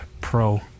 Pro